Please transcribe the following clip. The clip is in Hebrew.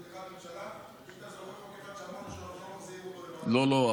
לא לא.